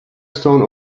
stone